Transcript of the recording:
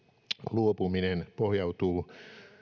luopuminen pohjautuu